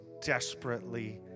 desperately